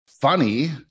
funny